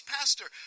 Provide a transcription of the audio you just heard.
Pastor